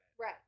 right